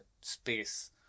space